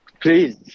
Please